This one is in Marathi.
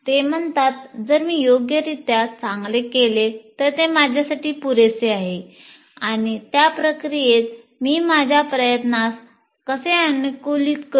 ते म्हणतात 'जर मी योग्यरित्या चांगले केले तर ते माझ्यासाठी पुरेसे आहे आणि त्या प्रक्रियेत मी माझ्या प्रयत्नास कसे अनुकूलित करू